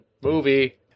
Movie